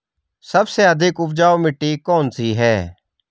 सबसे अधिक उपजाऊ मिट्टी कौन सी है?